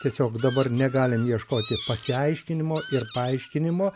tiesiog dabar negalim ieškoti pasiaiškinimo ir paaiškinimo